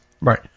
Right